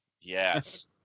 yes